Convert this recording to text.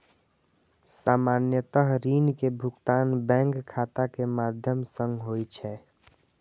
सामान्यतः ऋण के भुगतान बैंक खाता के माध्यम सं होइ छै